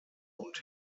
und